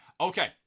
Okay